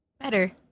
Better